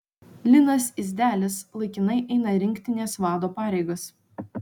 linas idzelis laikinai eina rinktinės vado pareigas